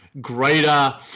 greater